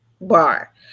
bar